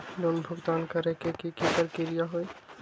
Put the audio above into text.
Loan भुगतान करे के की की प्रक्रिया होई?